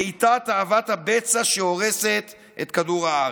ואיתה תאוות הבצע שהורסת את כדור הארץ.